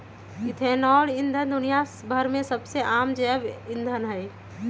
ethanol ईंधन दुनिया भर में सबसे आम जैव ईंधन हई